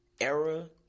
era